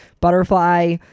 butterfly